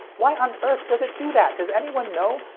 why on earth does it do that? does anyone know?